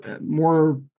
more